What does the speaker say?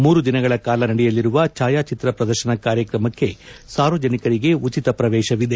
ಮೂರು ದಿನಗಳ ಕಾಲ ನಡೆಯಲಿರುವ ಭಾಯಾಚಿತ್ರ ಪ್ರದರ್ಶನ ಕಾರ್ಯಕ್ರಮಕ್ಕೆ ಸಾರ್ವಜನಿಕರಿಗೆ ಉಚಿತ ಪ್ರವೇಶವಿದೆ